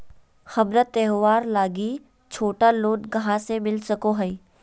हमरा त्योहार लागि छोटा लोन कहाँ से मिल सको हइ?